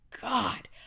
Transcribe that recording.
god